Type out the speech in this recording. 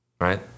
right